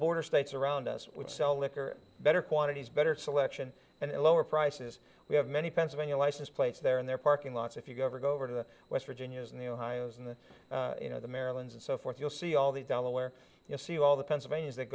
border states around us which sell liquor better quantities better selection and lower prices we have many pennsylvania license plates there and their parking lots if you go over go over to the west virginia's new hires and you know the maryland and so forth you'll see all the down the where you see all the pennsylvania is that